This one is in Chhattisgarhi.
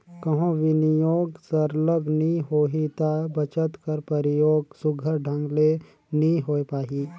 कहों बिनियोग सरलग नी होही ता बचत कर परयोग सुग्घर ढंग ले नी होए पाही